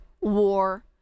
war